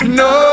no